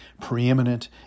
preeminent